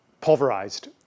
pulverized